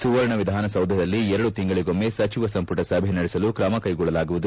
ಸುವರ್ಣ ವಿಧಾನಸೌಧದಲ್ಲಿ ಎರಡು ತಿಂಗಳಿಗೊಮ್ಮ ಸಜಿವ ಸಂಪುಟ ಸಭೆ ನಡೆಸಲು ತ್ರಮಕೈಗೊಳ್ಳಲಾಗುವುದು